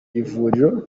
n’ivuriro